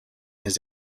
his